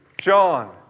John